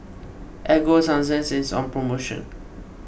Ego Sunsense is on promotion